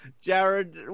jared